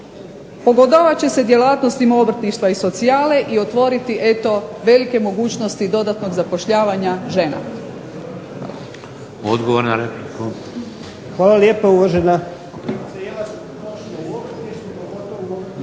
pogodovat će se djelatnostima obrtništva i socijale i otvoriti eto velike mogućnosti dodatnog zapošljavanja žena.